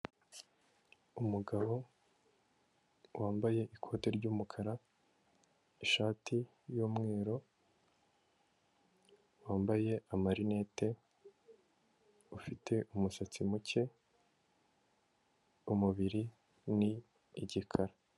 Umugabo wambaye ikote ry'umukara, ishati y'umweru, wambaye amarinete, ufite umusatsi muke, umubiri ni igikara.